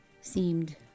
seemed